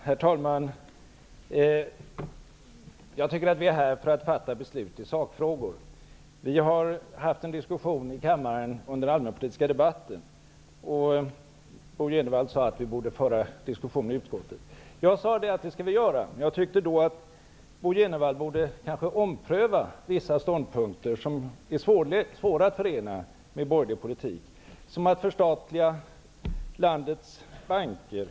Herr talman! Jag tycker att vi är här för att fatta beslut i sakfrågor. Vi har haft en diskussion i kammaren under allmänpolitiska debatten. Bo Jenevall sade att vi borde föra diskussionen i utskottet. Jag sade att vi skall göra det. Jag tyckte att Bo Jenevall då borde ompröva vissa ståndpunkter som är svåra att förena med borgerlig politik, som förslaget att förstatliga landets banker.